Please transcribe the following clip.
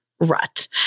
rut